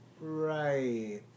right